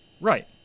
Right